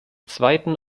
zweiten